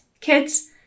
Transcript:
Kids